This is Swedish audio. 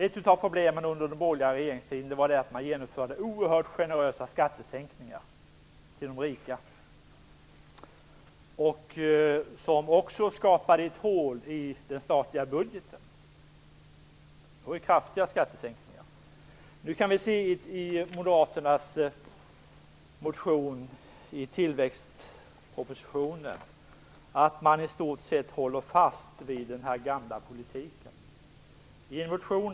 Ett av problemen under den borgerliga regeringstiden var att man genomförde oerhört generösa skattesänkningar till de rika. Dessa kraftiga skattesänkningar skapade också ett hål i den statliga budgeten. Nu kan vi se i en moderat motion i anslutning till tillväxtpropositionen att man i stort sett håller fast vid den gamla politiken.